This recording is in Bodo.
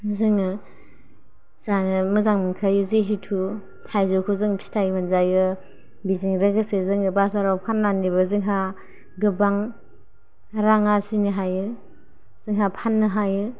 जोङो जानो मोजां मोनखायो जेहेथु थायजौखौ जों फिथाय मोनजायो बिसिनिफ्राय गोसो जोंयो बाजाराव फान्नानैबो जोंहा गोबां रां आरजिनो हायो जोंहा फान्नो हायो